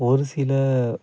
ஒரு சில